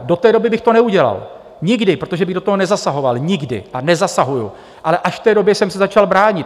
Do té doby bych to neudělal, nikdy, protože bych do toho nezasahoval, nikdy, a nezasahuji, ale až v té době jsem se začal bránit.